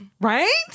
Right